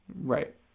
Right